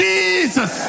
Jesus